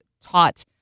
taught